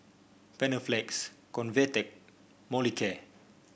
Panaflex Convatec Molicare